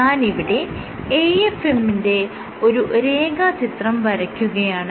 ഞാനിവിടെ AFM ന്റെ ഒരു രേഖാചിത്രം വരയ്ക്കുകയാണ്